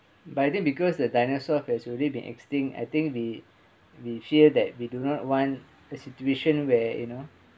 but then because the dinosaur has already be extinct I think the the fear that we do not want the situation where you know